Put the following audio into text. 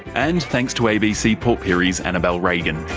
and thanks to abc port pirie's annabelle regan.